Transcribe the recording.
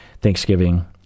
Thanksgiving